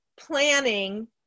planning